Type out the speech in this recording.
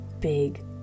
big